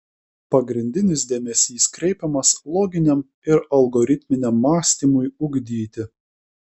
pagrindinis dėmesys kreipiamas loginiam ir algoritminiam mąstymui ugdyti